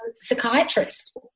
psychiatrist